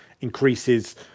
increases